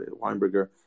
Weinberger